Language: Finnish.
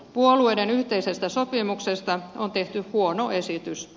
puolueiden yhteisestä sopimuksesta on tehty huono esitys